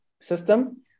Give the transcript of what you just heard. system